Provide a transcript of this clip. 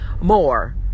more